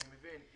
אני מבין.